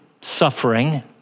suffering